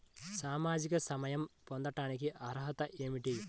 సామాజిక సహాయం పొందటానికి అర్హత ఏమిటి?